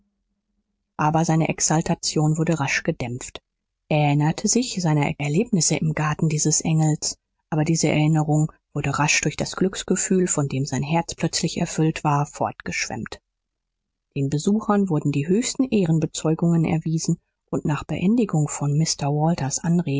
aber seine exaltation wurde rasch gedämpft er erinnerte sich seiner erlebnisse im garten dieses engels aber diese erinnerung wurde rasch durch das glücksgefühl von dem sein herz plötzlich erfüllt war fortgeschwemmt den besuchern wurden die höchsten ehrenbezeugungen erwiesen und nach beendigung von mr walters